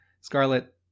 Scarlet